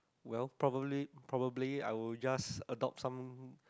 well probably probably I will just adopt some